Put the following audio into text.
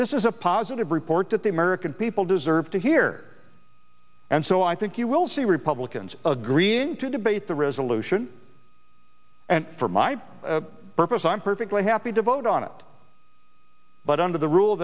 this is a positive report that the american people deserve to hear and so i think you will see republicans agreeing to debate the resolution and for my purpose i'm perfectly happy to vote on it but under the rule